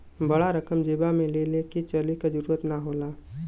बड़ा रकम जेबा मे ले के चले क जरूरत ना होला